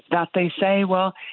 that they say, well,